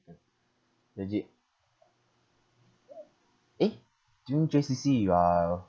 legit eh during J_C_C you are